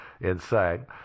inside